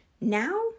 now